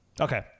Okay